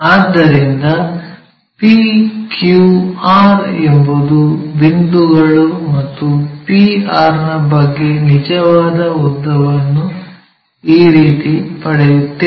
ಆದ್ದರಿಂದ p q r ಎಂಬುದು ಬಿಂದುಗಳು ಮತ್ತು p r ನ ಬಗ್ಗೆ ನಿಜವಾದ ಉದ್ದವನ್ನು ಈ ರೀತಿ ಪಡೆಯುತ್ತೇವೆ